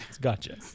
Gotcha